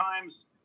times